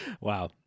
Wow